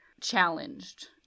challenged